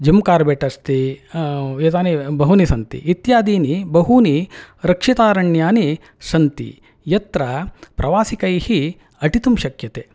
gym Corbett अस्ति एतानि बहूनि सन्ति इत्यादीनि बहूनि रक्षितारण्यानि सन्ति यत्र प्रवासिकैः अटितुं शक्यते